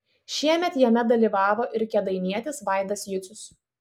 šiemet jame dalyvavo ir kėdainietis vaidas jucius